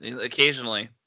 Occasionally